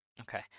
Okay